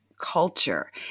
culture